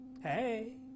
Hey